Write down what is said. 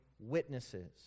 witnesses